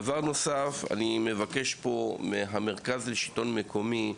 דבר נוסף: אני מבקש מהמרכז לשלטון מקומי,